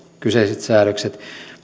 kyseiset säädökset